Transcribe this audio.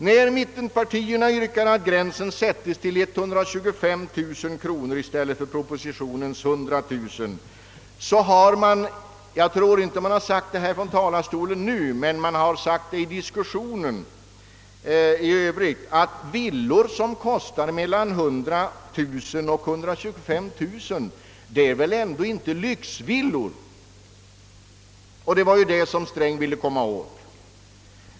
När mittenpartierna yrkar att gränsen skall sättas vid 125 000 kronor i stället för i propositionen föreslagna 100 000 kronor har sagts — kanske inte nu från talarstolen men i diskussionen i övrigt — att villor som har ett taxeringsvärde mellan 100 000 och 125 000 kronor ändå inte är lyxvillor och att det var dessa herr Sträng ville komma åt.